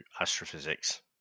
astrophysics